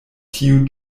tiu